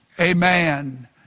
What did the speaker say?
Amen